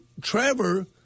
Trevor